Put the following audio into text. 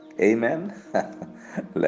amen